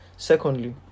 Secondly